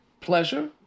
pleasure